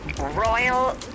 royal